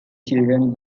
children